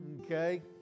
Okay